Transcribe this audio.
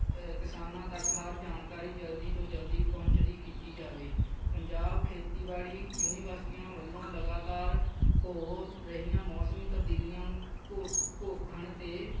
ਕਿਸਾਨਾਂ ਤੱਕ ਹਰ ਜਾਣਕਾਰੀ ਜਲਦੀ ਤੋਂ ਜਲਦੀ ਪਹੁੰਚਦੀ ਕੀਤੀ ਜਾਵੇ ਪੰਜਾਬ ਖੇਤੀਬਾੜੀ ਯੂਨੀਵਰਸਿਟੀਆਂ ਵੱਲੋਂ ਲਗਾਤਾਰ ਹੋ ਰਹੀਆਂ ਮੌਸਮੀ ਤਬਦੀਲੀਆਂ ਨੂੰ ਘੋ ਘੋਖਣ 'ਤੇ